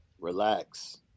Relax